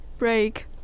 break